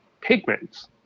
pigments